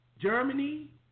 Germany